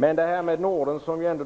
Men